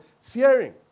fearing